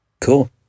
cool